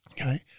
okay